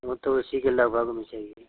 वो तो उसी के लगभग में चाहिए